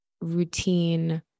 routine